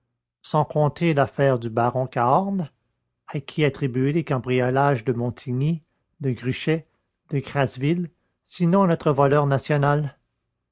sans compter l'affaire du baron cahorn à qui attribuer les cambriolages de montigny de gruchet de crasville sinon à notre voleur national